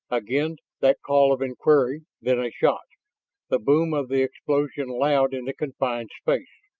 again that call of inquiry, then a shot the boom of the explosion loud in the confined space.